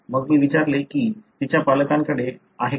मग मी विचारले की तिच्या पालकांकडे आहे का